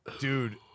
Dude